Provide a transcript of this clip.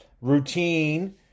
Routine